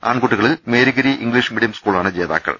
ആൺകു ട്ടി ക ളിൽ മേരിഗിരി ഇംഗ്ലീഷ്മീഡിയം സ്കൂളാണ് ജേതാക്കൾ